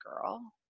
girl